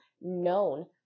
known